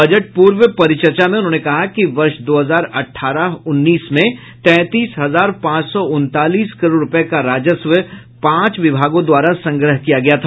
budget पूर्व परिचर्चा में उन्होंने कहा कि वर्ष दो हजार अठारह उन्नीस में तैंतीस हजार पांच सौ उनतालीस करोड़ रुपये का राजस्व पांच विभागों द्वारा संग्रह किया गया था